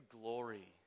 glory